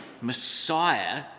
Messiah